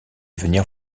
venir